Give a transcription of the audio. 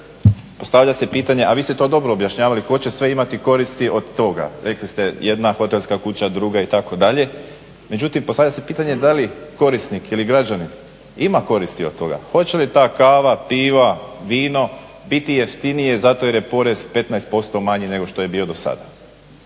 postavlja se pitanje, a vi ste to dobro objašnjavali tko će sve imati koristi od toga, rekli ste jedna hotelska kuća, druga itd., međutim postavlja se pitanje da li korisnik ili građanin ima koristi od toga, hoće li ta kava, piva, vino biti jeftinije zato jer je porez 15% manji nego što je bio do sada?